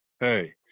hey